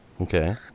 Okay